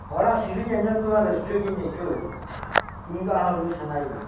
ᱦᱚᱲᱟᱜ ᱥᱤᱨᱤᱧ ᱟᱸᱡᱚᱢ ᱛᱮᱢᱟ ᱨᱟᱹᱥᱠᱟᱹ ᱜᱮᱧ ᱟᱹᱭᱠᱟᱹᱣ ᱛᱩᱢᱫᱟᱜ ᱦᱚᱸ ᱨᱩ ᱥᱟᱱᱟᱭᱤᱧ